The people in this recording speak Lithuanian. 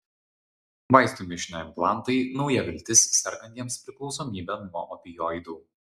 vaistų mišinio implantai nauja viltis sergantiems priklausomybe nuo opioidų